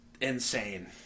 insane